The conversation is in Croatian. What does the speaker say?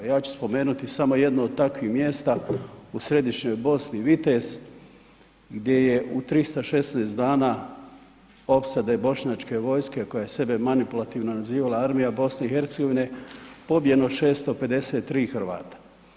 Ja ću spomenuti samo jedno od takvih mjesta u Središnjoj Bosni, Vitez gdje je u 316 dana opsade bošnjačke vojske koja je sebe manipulativno nazivala Armija BiH, pobijeno 653 Hrvata.